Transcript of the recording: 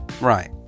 Right